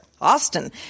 Austin